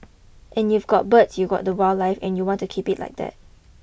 and you've got birds you've got the wildlife and you want to keep it like that